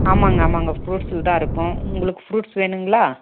ஆமாம்ங்க ஆமாம்ங்க ஃப்ரூட்ஸில் தான் இருக்கோம் உங்களுக்கு ஃப்ரூட்ஸ் வேணும்ங்களா